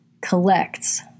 collects